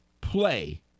play